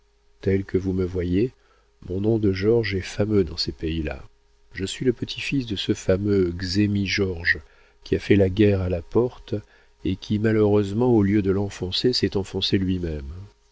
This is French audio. tel que vous me voyez mon nom de georges est fameux dans ces pays-là je suis le petit-fils de ce fameux czerni georges qui a fait la guerre à la porte et qui malheureusement au lieu de l'enfoncer s'est enfoncé lui-même